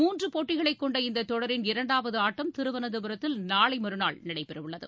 மூன்று போட்டிகளை கொண்ட இந்த தொடரின் இரண்டாவது ஆட்டம் திருவனந்தபுரத்தில் நாளை மறுநாள் நடைபெறவுள்ளது